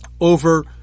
over